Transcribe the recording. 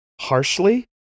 harshly